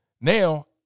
Now